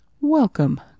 Welcome